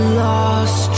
lost